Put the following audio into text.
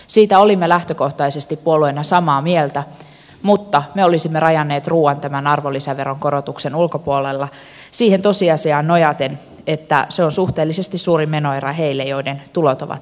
siitä olimme lähtökohtaisesti puolueena samaa mieltä mutta me olisimme rajanneet ruuan arvonlisäveronkorotuksen ulkopuolelle nojaten siihen tosiasiaan että se on suhteellisesti suuri menoerä niille joiden tulot ovat vähäisimmät